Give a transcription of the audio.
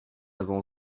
avons